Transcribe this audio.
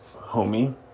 homie